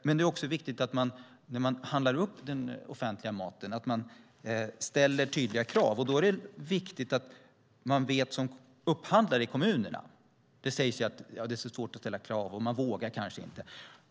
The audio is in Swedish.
Men det är också viktigt att man, när man upphandlar den offentliga maten, ställer tydliga krav. Det sägs att det är så svårt att ställa krav i en upphandling, och man vågar kanske inte som upphandlare i en kommun.